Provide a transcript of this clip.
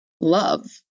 love